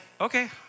okay